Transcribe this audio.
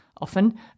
often